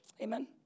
Amen